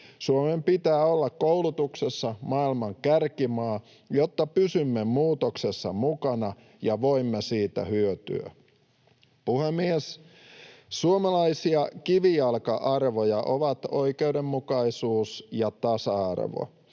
Suomen pitää olla koulutuksessa maailman kärkimaa, jotta pysymme muutoksessa mukana ja voimme siitä hyötyä. Puhemies! Suomalaisia kivijalka-arvoja ovat oikeudenmukaisuus ja tasa-arvo.